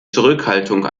zurückhaltung